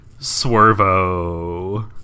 Swervo